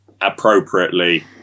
appropriately